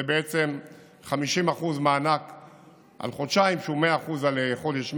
זה בעצם מענק של 50% על חודשיים שהוא 100% על חודש מאי.